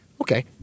Okay